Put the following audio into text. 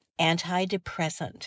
antidepressant